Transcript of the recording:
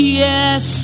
yes